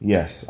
Yes